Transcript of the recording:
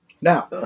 now